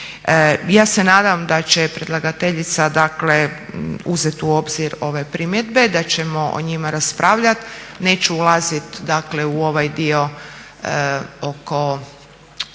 Ja se nadam da će predlagateljica dakle uzeti u obzir ove primjedbe, da ćemo o njima raspravljati. Neću ulaziti dakle u ovaj dio oko